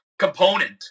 component